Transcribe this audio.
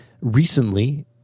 recently